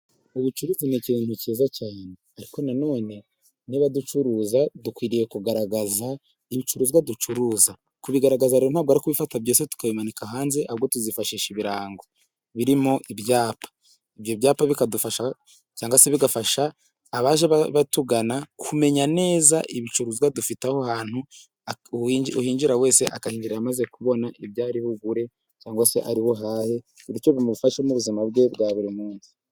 Ubucuke n'ikintu cyiza cyane, ariko nanone n'abaducuruza dukwiriye kugaragaza ibicuruzwa ducuruza, kubigaragaza rero ntabwo ari ngombwa byose kubimanika hanze ahubwo tuzifashisha ibirango birimo ibyapa, ibyo byapa bikadufasha cyangwa se bigafasha abaje batugana kumenya neza ibicuruzwa dufite, aho ahantu uhinjira wese akara amaze kubona ibyari bugure cyangwa se ari buhahe kuburyo bimufasha mu buzima bwe bwa buri munsi.